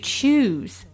choose